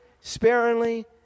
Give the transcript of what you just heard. sparingly